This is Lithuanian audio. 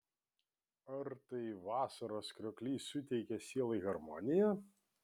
ar tai vasaros krioklys suteikia sielai harmoniją